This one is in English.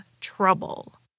trouble